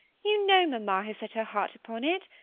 you know mamma has set her heart upon it,